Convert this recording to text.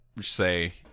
say